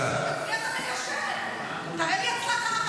הייתי מצפה ממך לפחות לצאת החוצה.